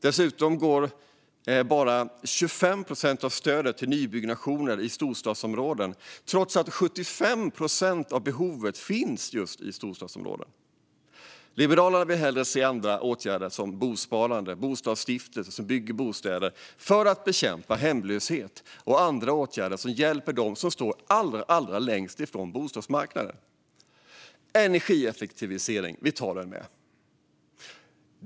Dessutom går bara 25 procent av stödet till nybyggnationer i storstadsområden, trots att 75 procent av behovet finns just där. Liberalerna vill hellre se andra åtgärder som bosparande, bostadsstiftelser som bygger bostäder för att bekämpa hemlöshet och andra åtgärder som hjälper dem som står allra längst ifrån bostadsmarknaden. Låt mig ta upp detta med energieffektiviseringen också.